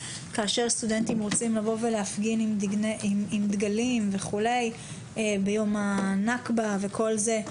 כאשר סטודנטים רוצים לבוא ולהפגין עם דגלים וכו' ביום הנכבה וכול זה,